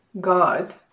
God